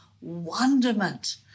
wonderment